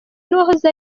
n’uwahoze